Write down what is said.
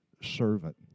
servant